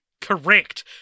correct